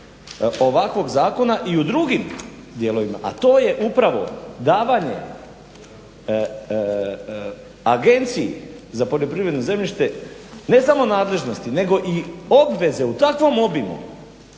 ovakvog zakona i u drugim dijelovima, a to je upravo davanje Agenciji za poljoprivredno zemljište ne samo nadležnosti, nego i obveze u takvom obimu